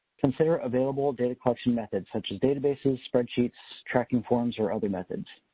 consider available data collection methods, such as databases, spreadsheets, tracking forums, or other methods.